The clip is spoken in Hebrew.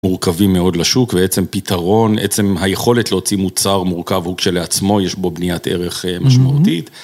מורכבים מאוד לשוק ועצם פתרון עצם היכולת להוציא מוצר מורכב הוא כשלעצמו יש בו בניית ערך משמעותית.